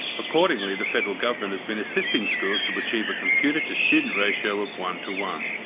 accordingly, the federal government has been assisting schools to achieve a computer to student ratio of one to one.